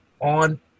on